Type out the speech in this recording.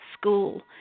school